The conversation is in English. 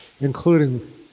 including